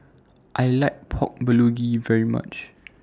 I like Pork Bulgogi very much